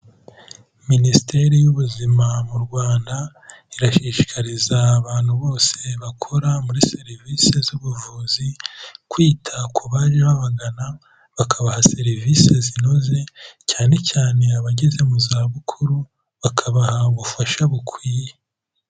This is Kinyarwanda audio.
Minisiteri y'ubuzima mu Rwanda, irashishikariza abantu bose bakora muri serivisi z'ubuvuzi, kwita ku baje babagana bakabaha serivisi zinoze, cyane cyane abageze mu zabukuru bakabaha ubufasha bukwiye..